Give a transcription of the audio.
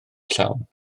llawn